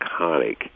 iconic